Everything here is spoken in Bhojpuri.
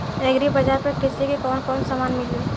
एग्री बाजार पर कृषि के कवन कवन समान मिली?